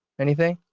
anything?